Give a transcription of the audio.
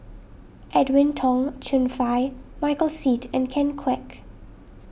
Edwin Tong Chun Fai Michael Seet and Ken Kwek